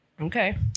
Okay